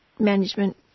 management